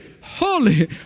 holy